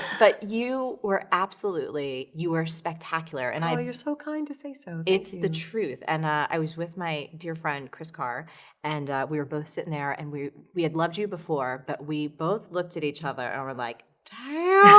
but you were absolutely, you were spectacular and i, oh, you're so kind to say so. thank you. it's the truth and i was with my dear friend kris carr and we were both sitting there and we, we had loved you before, but we both looked at each other and were like, damn!